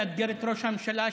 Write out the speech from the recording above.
לאתגר את ראש הממשלה,